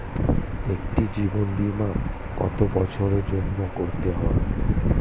একটি জীবন বীমা কত বছরের জন্য করতে হয়?